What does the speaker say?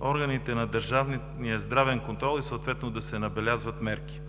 органите на държавния здравен контрол и съответно да се набелязват мерки.